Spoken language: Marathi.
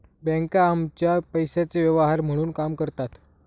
बँका आमच्या पैशाचे व्यवहार म्हणून काम करतात